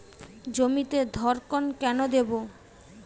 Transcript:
জমিতে ধড়কন কেন দেবো?